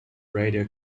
radio